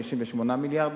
58 מיליארד,